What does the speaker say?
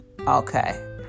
Okay